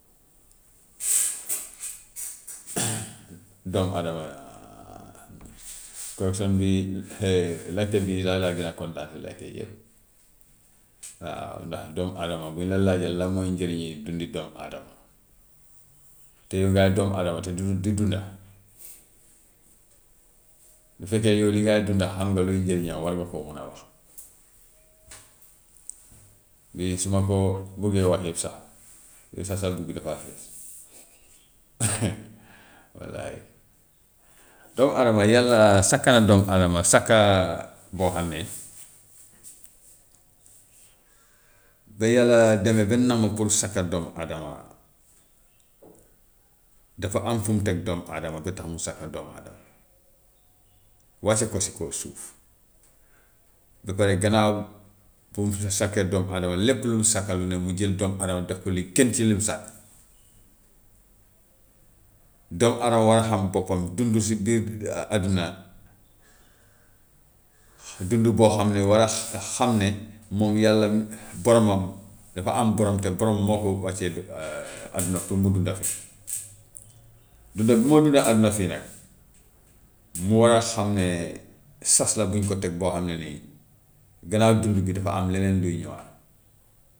doomu adama question bii laajte bii sax laa gën a kontaan si laajte yi yëpp. Waaw ndax doomu adama bu ñu la laajee lan mooy njëriñi dundi doomu adama te yow ngay doomu adama te dun- di dunda, bu fekkee yow li ngay dunda xam nga luy njëriñam war nga koo mun a wax. Léegi su ma ko buggee wax yëpp sax yow sa saag boobu dafaa fees wallaay. Doomu adama yàlla sakka na doomu adama sakka boo xam ne, ba yàlla demee ba namm pour sakka doomu adama dafa am fu mu teg doomu adama ba tax mu sakk doomu adama wàcce ko si kaw suuf, ba pare gannaaw bi mu sakkee doomu adama lépp lu mu sakk lu ne mu jël doomu adama def ko léegi kenn si li mu sakk. Doomu adama war a xam boppam dund si biir adduna dund goo xam ne war a xam ne moom yàlla boromam dafa am borom te boromam moo ko wàccee ba adduna pour mu dunda fi. Dund bi moo dund adduna fii nag mu war a xam ne sas la bu ñu ko teg boo xam ne ni gannaaw dund bi dafa am leneen luy ñëwaat.